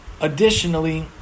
Additionally